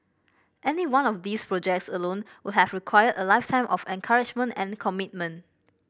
any one of these projects alone would have required a lifetime of couragement and commitment